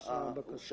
אין התיקון התקבל.